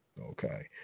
okay